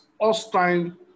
Austin